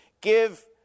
Give